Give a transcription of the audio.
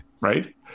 Right